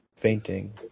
fainting